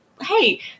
hey